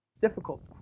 difficult